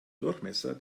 durchmesser